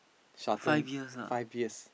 shorten five years